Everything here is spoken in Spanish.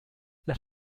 las